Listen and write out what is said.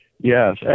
Yes